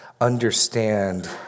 understand